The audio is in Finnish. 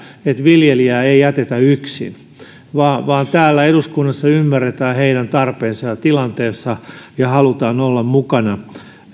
että viljelijää ei ei jätetä yksin vaan täällä eduskunnassa ymmärretään heidän tarpeensa ja tilanteensa ja halutaan olla mukana